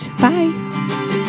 Bye